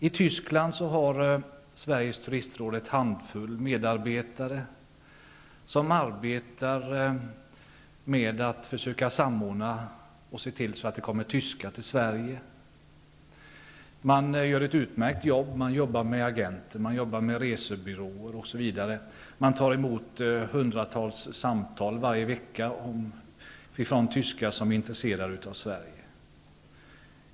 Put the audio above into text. I Tyskland har Sveriges turistråd en handfull medarbetare som arbetar med att försöka samordna och se till så att det kommer tyskar till Sverige. De gör ett utmärkt jobb. De jobbar med agenter, resebyråer osv. De tar emot hundratals samtal varje vecka ifrån tyskar som är intresserade av Sverige.